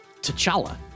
t'challa